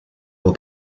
will